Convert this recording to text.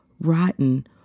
rotten